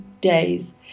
days